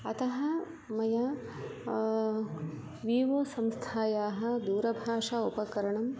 अतः मया विवो संस्थायाः दूरभाषा उपकरणं